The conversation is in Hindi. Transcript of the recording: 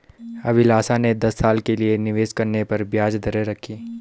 अभिलाषा ने दस साल के लिए निवेश करने पर ब्याज दरें देखी